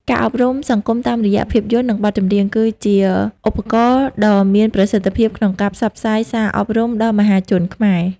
ការអប់រំសង្គមតាមរយៈភាពយន្ត និងបទចម្រៀង គឺជាឧបករណ៍ដ៏មានប្រសិទ្ធភាពក្នុងការផ្សព្វផ្សាយសារអប់រំដល់មហាជនខ្មែរ។